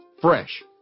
Fresh